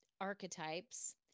archetypes